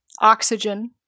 oxygen